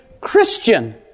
Christian